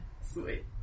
Sweet